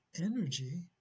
energy